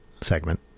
segment